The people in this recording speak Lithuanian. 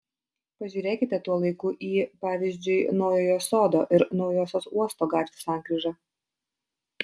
pažiūrėkite tuo laiku į pavyzdžiui naujojo sodo ir naujosios uosto gatvių sankryžą